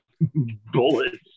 bullets